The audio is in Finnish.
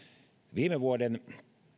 viime vuoden